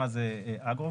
מה זה אגרו-וולטאי,